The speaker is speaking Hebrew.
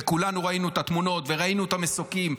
וכולנו ראינו את התמונות וראינו את המסוקים,